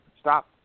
Stop